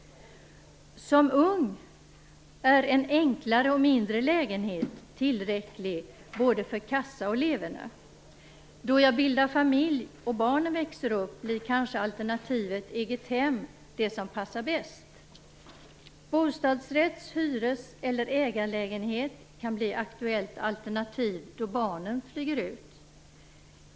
Som ung är en enklare och mindre lägenhet tillräcklig för både kassa och leverne. Då jag bildar familj och barnen växer upp blir kanske alternativet egethem det som passar bäst. Bostadsrätts-, hyreseller ägarlägenhet kan bli aktuellt alternativ då barnen flyger ut.